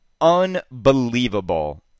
unbelievable